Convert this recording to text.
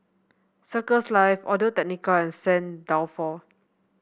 Circles Life Audio Technica and Saint Dalfour